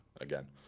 again